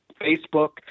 Facebook